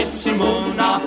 simona